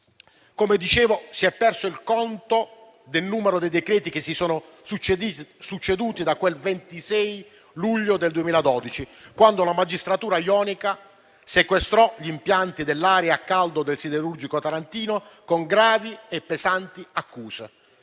Come dicevo, si è perso il conto del numero di decreti-legge che si sono succeduti da quel 26 luglio del 2012, quando la magistratura ionica sequestrò gli impianti dell'area a caldo del siderurgico tarantino con gravi e pesanti accuse: